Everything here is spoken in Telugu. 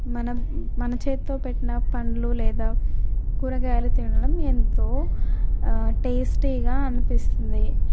మనం మన చేతితో పెట్టిన పండ్లు లేదా కూరగాయలు తినడం ఎంతో టేస్టీగా అనిపిస్తుంది